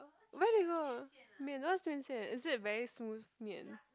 where do you go 面 what's 面线 is it very smooth 面